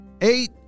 Eight